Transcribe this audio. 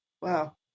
Wow